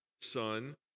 son